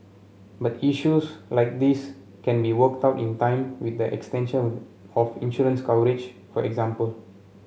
but issues like these can be worked out in time with the extension of of insurance coverage for example